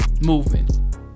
movement